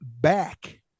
back